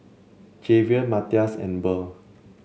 Javier Matias and Burl